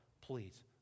please